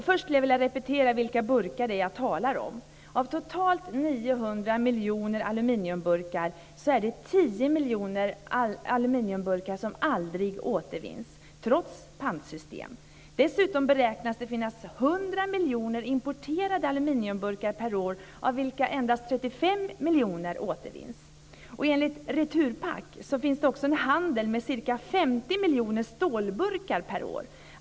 Först vill jag repetera vilka burkar det är jag talar om. Av totalt 900 miljoner aluminiumburkar är det 10 trots pantsystem. Dessutom beräknas det finnas 100 miljoner importerade aluminiumburkar per år av vilka endast 35 miljoner återvinns. Enligt Returpack finns också en handel med ca 50 miljoner stålburkar per år.